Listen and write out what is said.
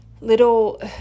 little